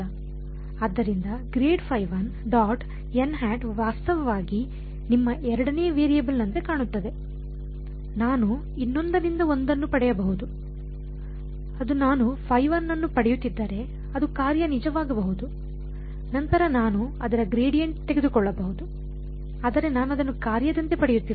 ಆದ್ದರಿಂದ 𝛻Φ1․n̂ ವಾಸ್ತವವಾಗಿ ನಿಮ್ಮ ಎರಡನೇ ವೇರಿಯೇಬಲ್ ನಂತೆ ಕಾಣುತ್ತದೆ ನಾನು ಇನ್ನೊಂದರಿಂದ ಒಂದನ್ನು ಪಡೆಯಬಹುದು ಅದು ನಾನು ಅನ್ನು ಪಡೆಯುತ್ತಿದ್ದರೆ ಅದು ಕಾರ್ಯ ನಿಜವಾಗಬಹುದು ನಂತರ ನಾನು ಅದರ ಗ್ರೇಡಿಯಂಟ್ ತೆಗೆದುಕೊಳ್ಳಬಹುದು ಆದರೆ ನಾನು ಅದನ್ನು ಕಾರ್ಯದಂತೆ ಪಡೆಯುತ್ತಿಲ್ಲ